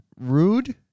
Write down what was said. Rude